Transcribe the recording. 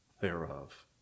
thereof